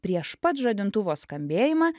prieš pat žadintuvo skambėjimą